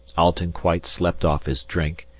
alten quite slept off his drink,